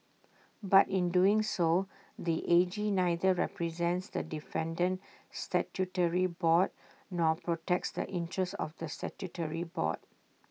but in doing so the A G neither represents the defendant statutory board nor protects the interests of the statutory board